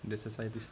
the society's